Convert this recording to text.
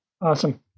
Awesome